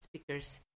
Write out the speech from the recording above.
speakers